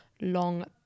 long